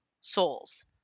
souls